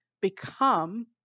become